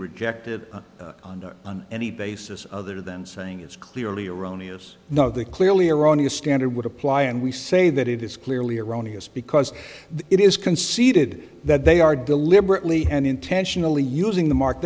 reject it on on any basis other than saying it's clearly erroneous no they clearly erroneous standard would apply and we say that it is clearly erroneous because it is conceded that they are deliberately and intentionally using the mark